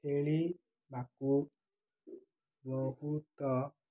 ଖେଳିବାକୁ ବହୁତ